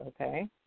Okay